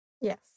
Yes